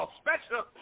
special